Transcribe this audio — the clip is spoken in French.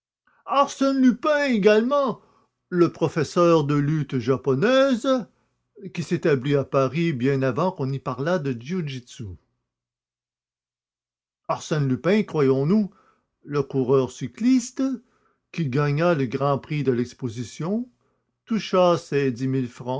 arsène lupin également le professeur de lutte japonaise qui s'établit à paris bien avant qu'on n'y parlât du jiu jitsu arsène lupin croyons-nous le coureur cycliste qui gagna le grand prix de l'exposition toucha ses